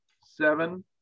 seven